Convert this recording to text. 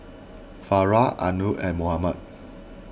Farah Anuar and Muhammad